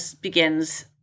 begins